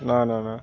না না না